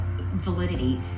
validity